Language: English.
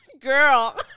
Girl